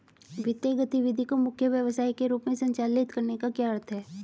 वित्तीय गतिविधि को मुख्य व्यवसाय के रूप में संचालित करने का क्या अर्थ है?